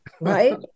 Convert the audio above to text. right